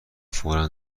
فورا